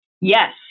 Yes